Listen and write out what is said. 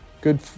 good